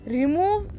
remove